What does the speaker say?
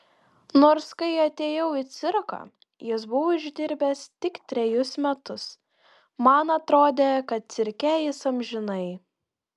nors kai atėjau į cirką jis buvo išdirbęs tik trejus metus man atrodė kad cirke jis amžinai